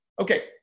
Okay